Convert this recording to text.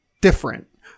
different